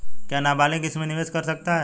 क्या नाबालिग इसमें निवेश कर सकता है?